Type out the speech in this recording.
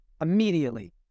immediately